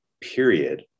period